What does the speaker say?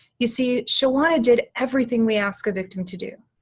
you see, shawana did everything we ask a victim to do.